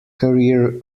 career